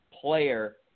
player